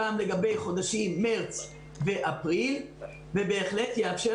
גם לגבי חודשים מרץ ואפריל ובהחלט יאפשר